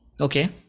Okay